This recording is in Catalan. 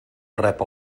rep